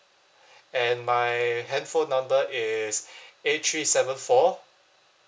and my handphone number is eight three seven four